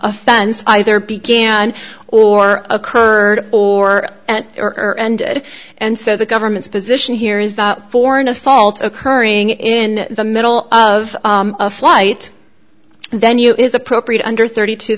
offense either began or occurred or or and and so the government's position here is that for an assault occurring in the middle of a flight venue is appropriate under thirty t